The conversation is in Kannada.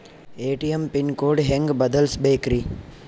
ಎ.ಟಿ.ಎಂ ಪಿನ್ ಕೋಡ್ ಹೆಂಗ್ ಬದಲ್ಸ್ಬೇಕ್ರಿ?